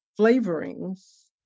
flavorings